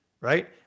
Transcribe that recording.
right